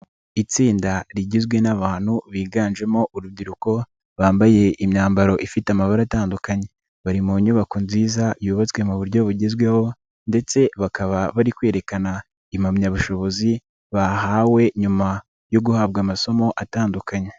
Itsinda rigizwe n'abantu biganjemo urubyiruko bambaye imyambaro ifite amabara atandukanye, bari mu nyubako nziza yubatswe mu buryo bugezweho ndetse bakaba bari kwerekana impamyabushobozi bahawe nyuma yo guhabwa amasomo atandukanye.